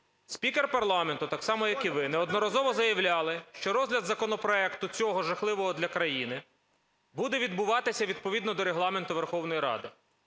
Спікер парламенту, так само, як і ви, неодноразово заявляли, що розгляд законопроекту, цього жахливого для країни, буде відбуватися відповідно до Регламенту Верховної Ради.